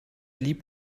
lieb